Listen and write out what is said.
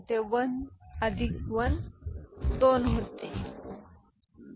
ते 1 अधिक 1 2 होते